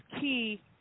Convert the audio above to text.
key